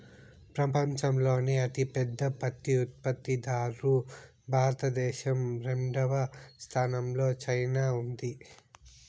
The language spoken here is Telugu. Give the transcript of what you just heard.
పపంచంలోనే అతి పెద్ద పత్తి ఉత్పత్తి దారు భారత దేశం, రెండవ స్థానం లో చైనా ఉంది